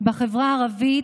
בחברה הערבית,